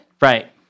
Right